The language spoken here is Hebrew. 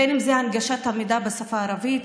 בין שזה הנגשת המידע בשפה הערבית,